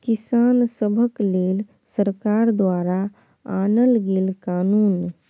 किसान सभक लेल सरकार द्वारा आनल गेल कानुन